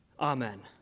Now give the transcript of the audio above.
Amen